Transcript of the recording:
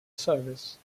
service